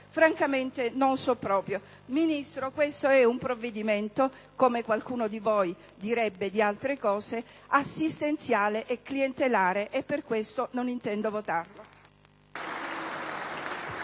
francamente non so proprio. Signor Ministro, questo è un provvedimento, come qualcuno di voi direbbe di altre misure, assistenziale e clientelare e per questo non intendo votarlo.